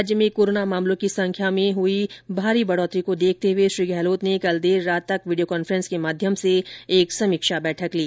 राज्य में कोरोना मामलों की संख्या में हुई बढोतरी की देखते हुए श्री गहलोत ने कल देर रात तक वीडियो कॉन्फ्रेंस के माध्यम से एक समीक्षा बैठक ली